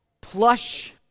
plush